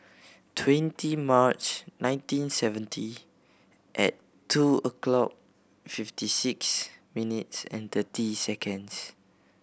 twenty March nineteen seventy at two o'clock fifty six minutes and thirty seconds